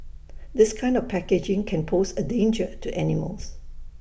this kind of packaging can pose A danger to animals